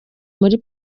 muri